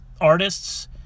artists